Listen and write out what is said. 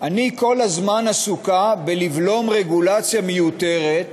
אני כל הזמן עסוקה בלבלום רגולציה מיותרת,